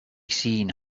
seen